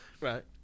Right